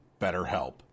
BetterHelp